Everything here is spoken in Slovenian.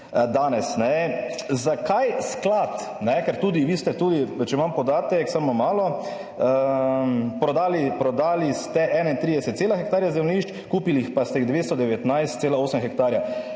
danes, zakaj sklad, ker tudi vi ste, tudi, če imam podatek, samo malo, prodali ste 31 cela hektarja zemljišč, kupili pa ste jih 219,8 hektarja.